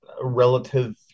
relative